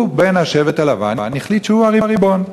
הוא, בן השבט הלבן, החליט שהוא הריבון.